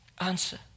answer